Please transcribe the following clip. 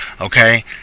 okay